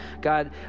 God